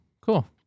cool